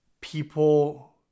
people